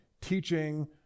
teaching